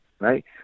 right